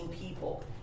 people